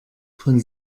von